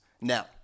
Now